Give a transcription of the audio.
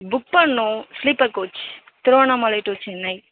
book பண்ணணும் sleeper coach Tiruvannamalai to Chennai